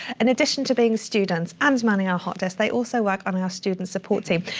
and addition to being students and manning our hot desk, they also work on our student support team.